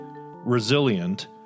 resilient